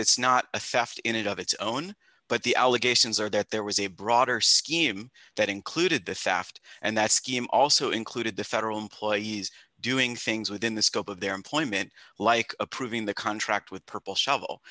it's not a theft in and of it's own but the allegations are that there was a broader scheme that included the saft and that scheme also included the federal employees doing things within the scope of their employment like approving the contract with purple shovel